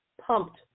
pumped